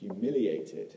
humiliated